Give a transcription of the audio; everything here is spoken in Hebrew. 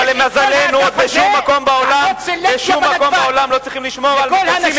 אבל למזלנו בשום מקום בעולם לא צריכים לשמור על מטוסים מפני יהודים.